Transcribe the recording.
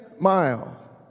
mile